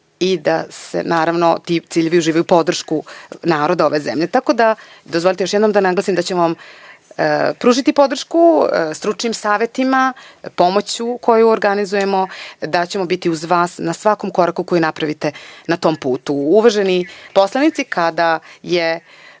i da ti ciljevi uživaju podršku naroda ove zemlje. Dozvolite još jednom da naglasim da ćemo vam pružiti podršku stručnim savetima, da ćemo biti uz vas na svakom koraku koji napravite na tom putu. Uvaženi poslanici, kada je